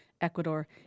Ecuador